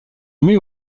met